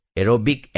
aerobic